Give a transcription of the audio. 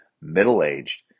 middle-aged